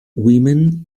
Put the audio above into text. women